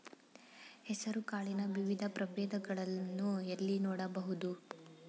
ಹೆಸರು ಕಾಳಿನ ವಿವಿಧ ಪ್ರಭೇದಗಳನ್ನು ಎಲ್ಲಿ ನೋಡಬಹುದು?